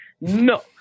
No